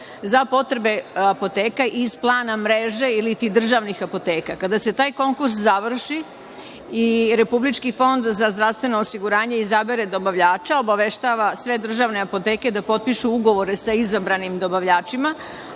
za potrebe apoteka plana mreže ili ti državnih apoteka. Kada se taj konkurs završi i RFZO izabere dobavljača, obaveštava sve državne apoteke da potpišu ugovore sa izabranim dobavljačima,